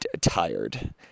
tired